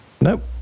Nope